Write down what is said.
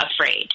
afraid